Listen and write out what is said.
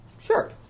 sure